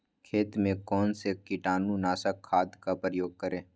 खेत में कौन से कीटाणु नाशक खाद का प्रयोग करें?